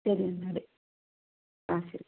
ശരി എന്നാല് ആ ശരി